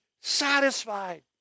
satisfied